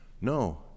No